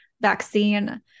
vaccine